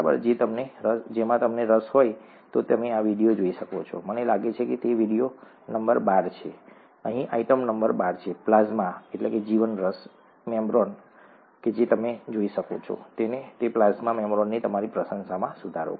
જો તમને રસ હોય તો તમે આ વિડિઓ જોઈ શકો છો મને લાગે છે કે તે વિડિઓ નંબર બાર છે અહીં આઇટમ નંબર બાર છે પ્લાઝમાજીવનરસ મેમ્બ્રેન તમે આ જોઈ શકો છો અને તે પ્લાઝ્મા મેમ્બ્રેનની તમારી પ્રશંસામાં સુધારો કરશે